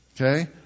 Okay